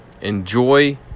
enjoy